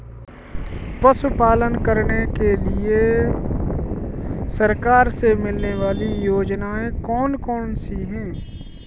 पशु पालन करने के लिए सरकार से मिलने वाली योजनाएँ कौन कौन सी हैं?